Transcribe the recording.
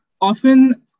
often